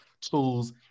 tools